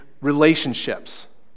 relationships